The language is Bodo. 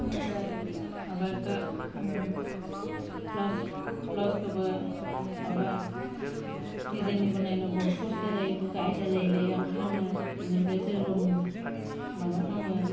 बेनिफ्राय माबाखौ ब्लाउस ब्लाउसखौबो माबा दिजेन्डनि बनायनो बहुत खस्थ' जायो इफोरखौ आयदा लायै लायै आं खामो बेनिफ्राय जलम माबा खालामो